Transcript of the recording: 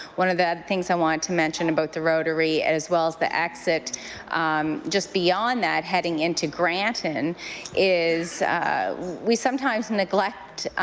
one of the other things i want to mention about the rotary and as well as the exit just beyond that heading into granton is we sometimes neglect